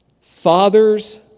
Fathers